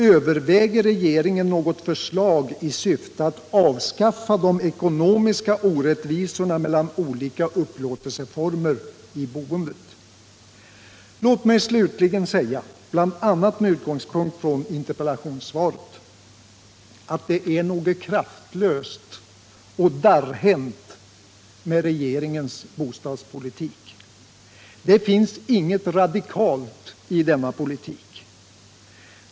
Överväger regeringen något förslag i syfte att avskaffa de ekonomiska orättvisorna mellan olika upplåtelseformer i boendet? Låt mig slutligen säga, bl.a. med utgångspunkt i interpellationssvaret, att det är något kraftlöst och darrhänt med regeringens bostadspolitik. Det finns inget radikalt i denna politik.